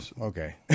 okay